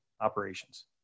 operations